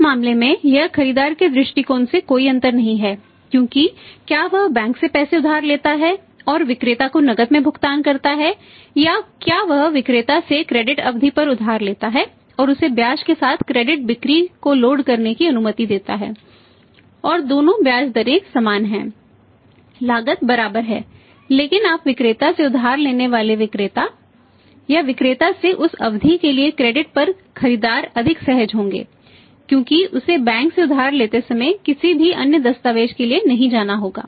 उस मामले में यह खरीदार के दृष्टिकोण से कोई अंतर नहीं है क्योंकि क्या वह बैंक से पैसा उधार लेता है और विक्रेता को नकद में भुगतान करता है या क्या वह विक्रेता से क्रेडिट पर खरीदार अधिक सहज होंगे क्योंकि उसे बैंक से उधार लेते समय किसी भी अन्य दस्तावेज के लिए नहीं जाना होगा